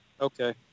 Okay